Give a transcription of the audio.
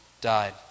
died